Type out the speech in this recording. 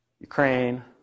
Ukraine